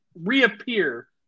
reappear